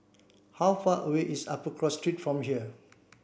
how far away is Upper Cross Street from here